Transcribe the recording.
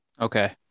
Okay